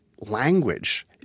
language